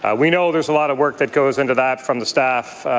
ah we know there's a lot of work that goes into that from the staff